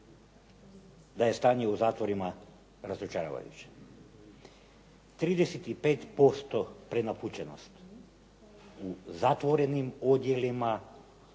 da je stanje u zatvorima razočaravajuće. 35% prenapučenost, u zatvorenim odjelima